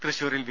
തൃശൂരിൽ വി